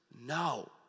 no